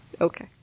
Okay